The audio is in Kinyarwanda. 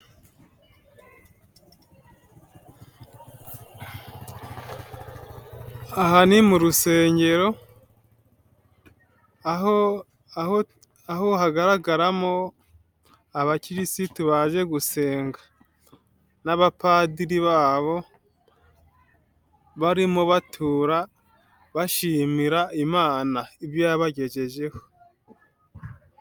Aha ni mu rusengero aho hagaragaramo abakirisitu baje gusenga n'abapadiri babo, barimo batura bashimira imana ibyo yabagejejeho.